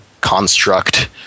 construct